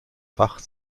fach